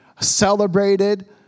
celebrated